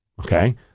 Okay